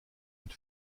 une